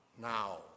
now